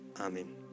Amen